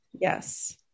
yes